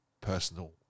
personal